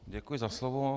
Děkuji za slovo.